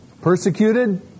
Persecuted